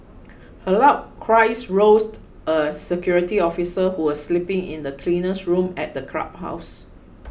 her loud cries roused a security officer who was sleeping in the cleaner's room at the clubhouse